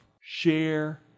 Share